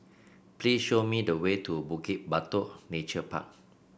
please show me the way to Bukit Batok Nature Park